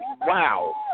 Wow